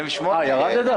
ירדת?